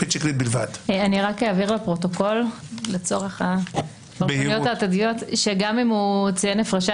אני רק אבהיר לפרוטוקול --- שגם אם הוא ציין "הפרשי